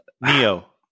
Neo